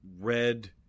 red